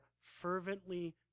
fervently